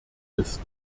ist